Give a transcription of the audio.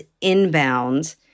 inbound